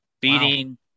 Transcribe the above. beating